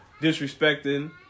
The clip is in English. disrespecting